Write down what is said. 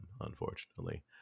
Unfortunately